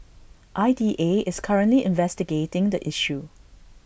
I D A is currently investigating the issue